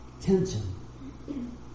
tension